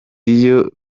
iyo